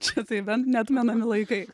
čia tai bent neatmenami laikai